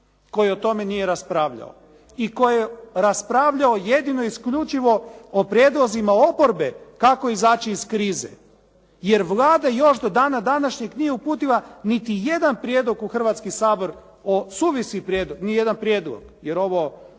koji o tome nije raspravljao. I koji je raspravljao jedino isključivo o prijedlozima oporbe kako izaći iz krize, jer Vlada još do dana današnjeg nije uputila niti jedan prijedlog u Hrvatski sabor o suvisli prijedlog, nijedan prijedlog, jer ovo